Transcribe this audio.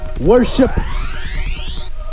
Worship